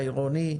העירוני.